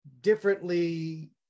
differently